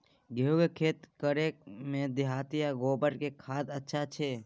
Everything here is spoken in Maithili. गेहूं के खेती करे में देहाती आ गोबर के खाद अच्छा छी?